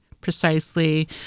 precisely